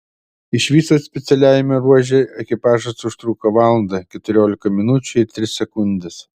iš viso specialiajame ruože ekipažas užtruko valandą keturiolika minučių ir tris sekundes